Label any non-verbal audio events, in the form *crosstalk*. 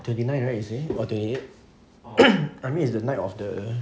twenty nine right you say or twenty eight *noise* I mean it's the night of the